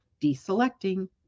Deselecting